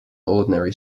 ordinary